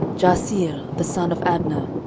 jaasiel the son of abner